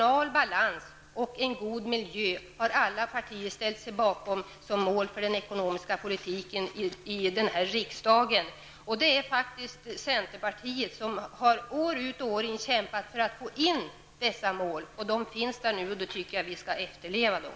Alla partier här i riksdagen har ställt sig bakom de ekonomiska målen om regional balans och en god miljö. Centerpartiet har år ut och år in kämpat för dessa mål. De är nu fastlagda och då tycker jag att vi skall efterleva dem.